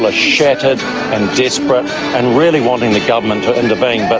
ah shattered and desperate and really wanting the government to intervene but,